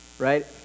right